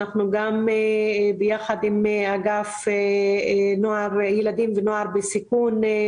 יחד עם אגף ילדים ונוער בסיכון אנחנו